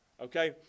okay